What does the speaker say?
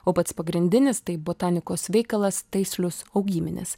o pats pagrindinis tai botanikos veikalas taislius augyminis